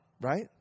right